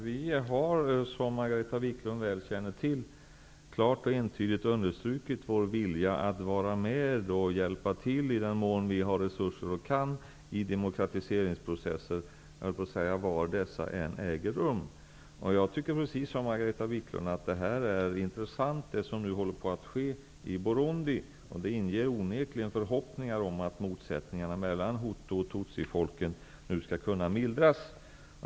Herr talman! Som Margareta Viklund väl känner till har vi klart och entydigt understrukit vår vilja att vara med och hjälpa till i den mån vi har resurser och kan i demokratiseringsprocesser var dessa än äger rum. Precis som Margareta Viklund tycker jag att det som nu håller på att ske i Burundi är intressant. Det inger onekligen förhoppningar om att motsättningarna mellan hutu och tutsifolken nu skall kunna mildras.